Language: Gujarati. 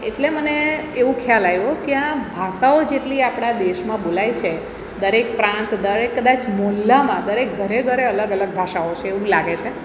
એટલે મને એવો ખ્યાલ આવ્યો કે આ ભાષાઓ જેટલી આપણા દેશમાં બોલાય છે દરેક પ્રાંત દરેક કદાચ મોહલ્લામાં દરેક ઘરે ઘરે અલગ અલગ ભાષાઓ છે એવું લાગે છે